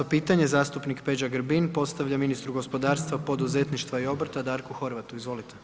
20 pitanje zastupnik Peđa Grbin postavlja ministru gospodarstva, poduzetništva i obrta Darku Horvatu, izvolite.